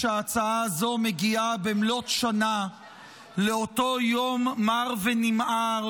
שההצעה הזו מגיעה במלאת שנה לאותו יום מר ונמהר